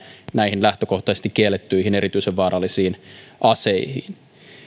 näihin lähtökohtaisesti kiellettyihin erityisen vaarallisiin aseihin